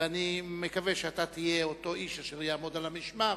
ואני מקווה שאתה תהיה האיש אשר יעמוד על המשמר